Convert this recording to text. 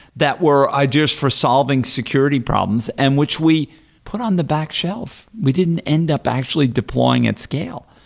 that were ideas for solving security problems, and which we put on the back shelf. we didn't end up actually deploying and scale.